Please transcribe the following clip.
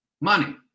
Money